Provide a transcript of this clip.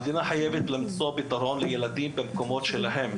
המדינה חייבת לספק פתרונות לילדים במקום מגוריהם.